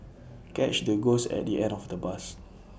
catch the ghost at the end of the bus